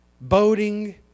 boating